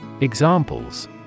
Examples